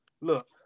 look